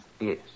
Yes